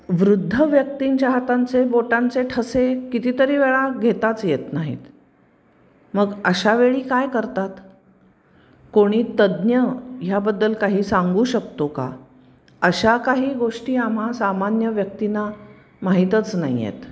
वृद्ध व्यक्तींच्या हातांचे बोटांचे ठसे कितीतरी वेळा घेताच येत नाहीत मग अशा वेळी काय करतात कोणी तज्ज्ञ ह्याबद्दल काही सांगू शकतो का अशा काही गोष्टी आम्हा सामान्य व्यक्तींना माहीतच नाही आहेत